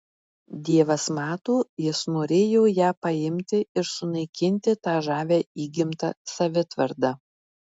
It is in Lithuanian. dievas mato jis norėjo ją paimti ir sunaikinti tą žavią įgimtą savitvardą